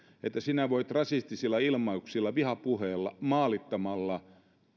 että sinä voit rasistisilla ilmauksilla vihapuheilla ja maalittamalla